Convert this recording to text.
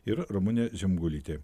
ir ramunė žemgulytė